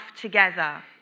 together